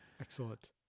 Excellent